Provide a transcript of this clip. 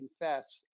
confess